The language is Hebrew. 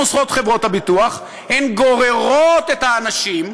הן גוררות את האנשים לבתי-משפט.